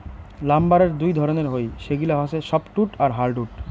লাম্বারের দুই ধরণের হই, সেগিলা হসে সফ্টউড আর হার্ডউড